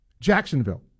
Jacksonville